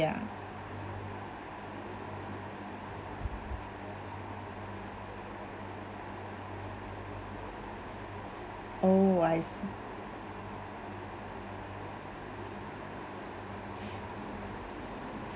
ya oh I see